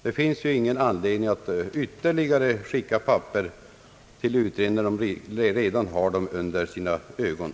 Det finns ju ingen anledning att skicka papper till utredningar när de redan har dem under sina ögon.